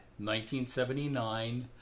1979